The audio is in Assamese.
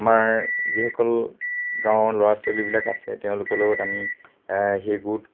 আমাৰ যিসকল গাঁৱৰ ল'ৰা ছোৱালীবিলাক আছে তেওঁলোকৰ লগত আমি সেই গোট